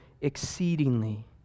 exceedingly